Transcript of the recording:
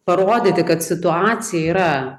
parodyti kad situacija yra